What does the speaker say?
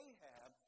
Ahab